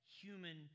human